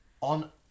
on